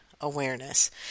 awareness